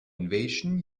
invasion